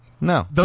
No